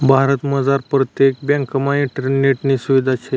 भारतमझार परतेक ब्यांकमा इंटरनेटनी सुविधा शे